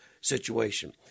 situation